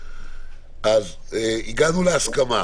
הגענו להסכמה,